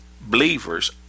believers